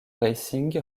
racing